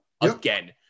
again